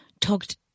talked